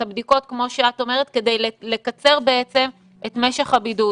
את הבדיקות כמו שאת אומרת, כדי לקצר את משך הבידוד